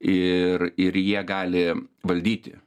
ir ir jie gali valdyti